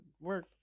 work